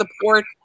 support